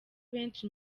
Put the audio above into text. benshi